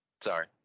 Sorry